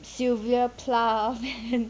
sylvia plath